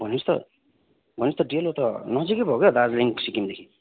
भनेपछि त भनेपछि डेलो त नजिकै पो हो क्या हो दार्जिलिङ सिक्किमदेखि